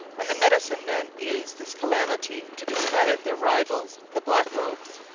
and the medicine-men used this calamity to discredit their rivals the black-robes.